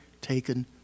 taken